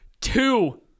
Two